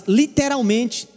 literalmente